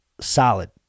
solid